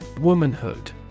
Womanhood